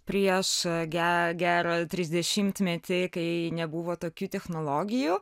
prieš gerą trisdešimtmetį kai nebuvo tokių technologijų